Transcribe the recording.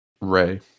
Ray